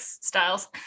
Styles